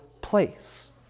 place